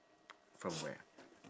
from where